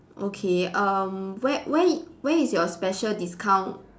okay um where where where is your special discount